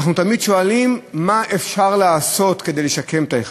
אנחנו תמיד שואלים מה אפשר לעשות כדי לשקם את היחסים,